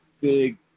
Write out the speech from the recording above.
big